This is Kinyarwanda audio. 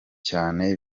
cyane